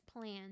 plan